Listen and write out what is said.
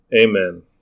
Amen